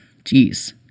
Jeez